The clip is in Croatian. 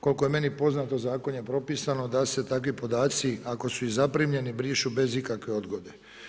Koliko je meni poznato zakonom je propisano da se takvi podaci ako su i zaprimljeni brišu bez ikakve odgode.